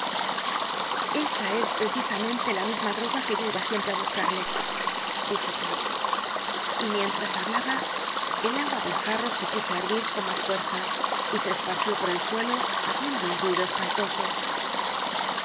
esa es precisamente la misma droga que yo iba siempre á buscarle dijo poole y mientras hablaba el agua del jarro se puso á hervir con más fuerza y se esparció por el suelo haciendo un ruido espantoso